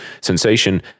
sensation